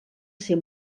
ser